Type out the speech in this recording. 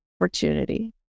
opportunity